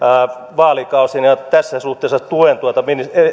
vaalikausien ja tässä suhteessa tuen tuota